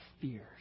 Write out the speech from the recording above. fears